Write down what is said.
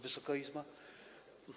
Wysoka Izbo!